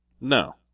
No